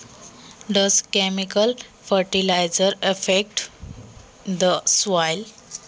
रासायनिक खताने जमिनीवर परिणाम होतो का?